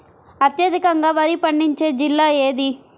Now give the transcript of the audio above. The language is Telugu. అత్యధికంగా వరి పండించే జిల్లా ఏది?